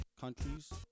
countries